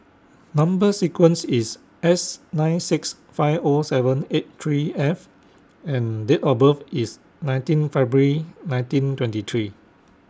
Number sequence IS S nine six five O seven eight three F and Date of birth IS nineteen February nineteen twenty three